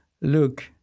look